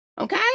Okay